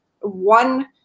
one